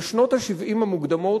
בשנות ה-70 המוקדמות,